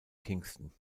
kingston